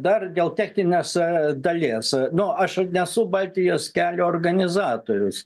dar dėl techninės dalies nu aš nesu baltijos kelio organizatorius